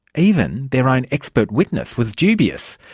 even their own expert witness was dubious.